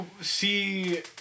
see